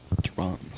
Drums